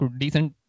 decent